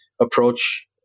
approach